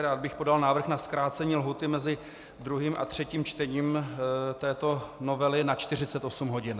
Já bych podal návrh na zkrácení lhůty mezi druhým a třetím čtením této novely na 48 hodin.